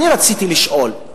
אני רציתי לשאול,